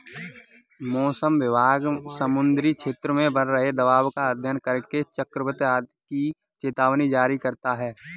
मौसम विभाग समुद्री क्षेत्र में बन रहे दबाव का अध्ययन करके चक्रवात आदि की चेतावनी जारी करता है